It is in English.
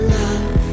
love